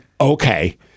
okay